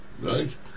right